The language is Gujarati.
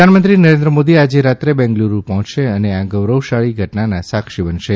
પ્રધાનમંત્રી નરેન્દ્ર મોદી આજે રાત્રે બેંગલુરૂ પહોંચશે અને આ ગૌરવશાળી ઘટનાના સાક્ષી બનશે